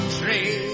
country